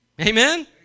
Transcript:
Amen